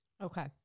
Okay